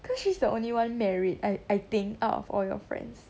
because she's the only one married I I think out of all your friends